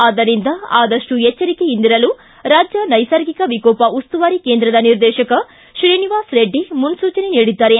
ಆದ್ದರಿಂದ ಆದಷ್ಟು ಎಚ್ಚರಿಕೆಯಿಂದಿರಲು ರಾಜ್ಯ ನೈಸರ್ಗಿಕ ವಿಕೋಪ ಉಸ್ತುವಾರಿ ಕೇಂದ್ರದ ನಿರ್ದೇಶಕ ತ್ರೀನಿವಾಸ್ ರೆಡ್ಡಿ ಮುನ್ಲೂಚನೆ ನೀಡಿದ್ದಾರೆ